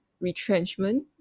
retrenchment